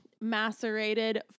macerated